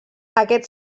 aquest